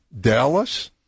Dallas